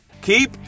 keep